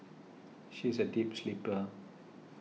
she is a deep sleeper